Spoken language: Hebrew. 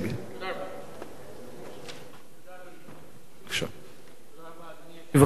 תודה רבה, אדוני היושב-ראש.